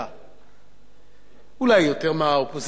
אולי יותר מהאופוזיציה, זה תפקיד חשוב,